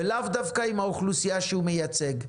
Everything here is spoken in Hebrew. ולאו דווקא עם האוכלוסייה שהוא מייצג.